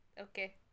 Okay